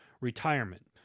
retirement